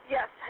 Yes